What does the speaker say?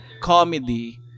comedy